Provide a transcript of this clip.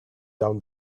down